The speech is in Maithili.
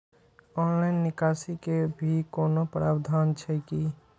ऑनलाइन निकासी के भी कोनो प्रावधान छै की?